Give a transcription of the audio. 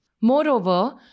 Moreover